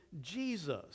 Jesus